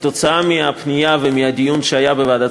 כתוצאה מהפנייה ומהדיון שהיה בוועדת